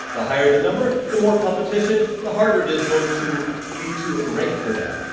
the higher the number, the more competition, the harder it is going to be to rank for that.